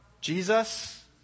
Jesus